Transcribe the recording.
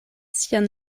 sian